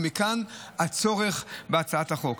ומכאן הצורך בהצעת החוק.